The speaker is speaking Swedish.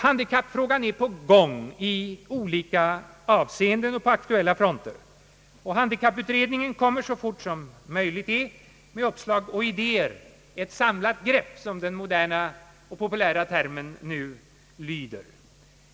Handikappfrågan är på gång i olika avseenden och på aktuella fronter. Handikapputredningen kommer så fort som möjligt med uppslag och idéer — ett samlat grepp som den moderna och populära termen lyder.